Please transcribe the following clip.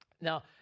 Now